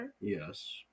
Yes